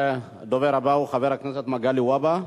הדובר הבא הוא חבר הכנסת מגלי והבה.